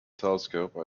telescope